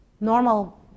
normal